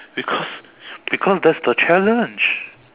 because because that's the challenge